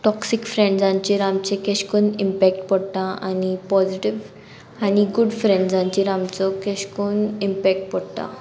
toxic फ्रेंड्सांचेर आमचें केश कुन्न इम्पॅक्ट पडटा आनी पॉजिटीव आनी गूड फ्रेंड्सांचेर आमचो केश कोन इम्पॅक्ट पडटा